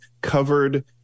covered